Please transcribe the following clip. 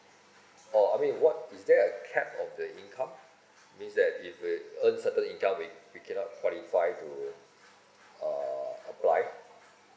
oh I mean what is there a cap of the income means that if we earns certain income we we cannot qualify to uh apply